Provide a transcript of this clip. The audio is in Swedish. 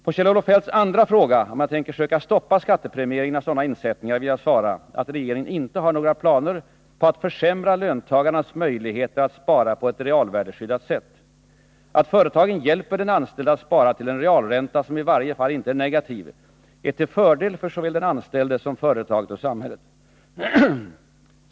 På Kjell-Olof Feldts andra fråga, om jag tänker söka stoppa skattepremieringen av sådana insättningar, vill jag svara att regeringen inte har några planer på att försämra löntagarnas möjligheter att spara på ett realvärdeskyddat sätt. Att företagen hjälper den anställde att spara till en realränta som i varje fall inte är negativ är till fördel för såväl den anställde som företaget och samhället.